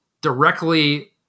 directly